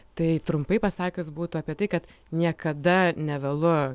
tai trumpai pasakius būtų apie tai kad niekada nevėlu